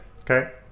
okay